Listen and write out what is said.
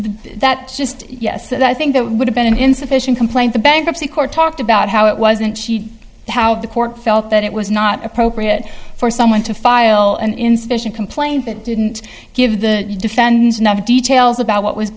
that just yes that i think that would have been an insufficient complaint the bankruptcy court talked about how it wasn't how the court felt that it was not appropriate for someone to file an insufficient complaint that didn't give the defense enough details about what was